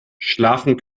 schlafen